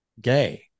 gay